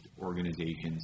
organizations